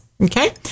Okay